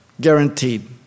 guaranteed